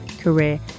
career